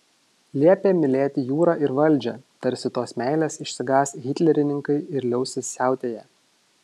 liepė mylėti jūrą ir valdžią tarsi tos meilės išsigąs hitlerininkai ir liausis siautėję